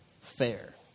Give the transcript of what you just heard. fair